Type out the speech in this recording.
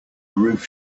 roof